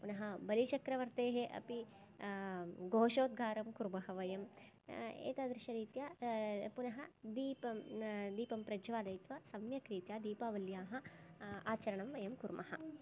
पुनः बलिचक्रवर्तेः अपि घोषोद्गारङ्कुर्मः वयम् एतादृशरीत्या पुनः दीपं दीपं प्रज्वालयित्वा सम्यक्रीत्या दीपावल्याः आचरणं वयं कुर्मः